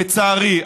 לצערי.